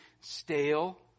stale